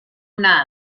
una